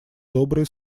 добрые